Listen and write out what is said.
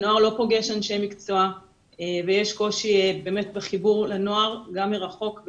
הנוער לא פוגש אנשי מקצוע ויש קושי באמת בחיבור לנוער גם מרחוק.